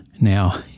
now